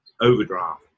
overdraft